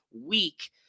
week